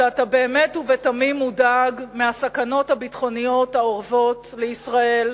שאתה באמת ובתמים מודאג מהסכנות הביטחוניות האורבות לישראל,